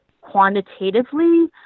quantitatively